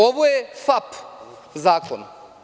Ovo je FAP zakon.